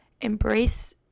embrace